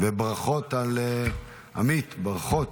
עמית, ברכות.